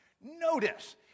Notice